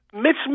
Mitch